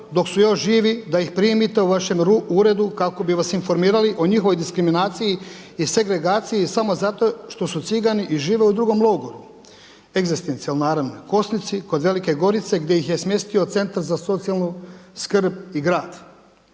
dok su još živi da ih primite u vašem uredu kako bi vas informirali o njihovoj diskriminaciji i segregaciji samo zato što su cigani i žive u drugom logoru, egzistencijalni naravno Kosnici kod Velike Gorice gdje ih je smjestio Centar za socijalnu skrb i grad.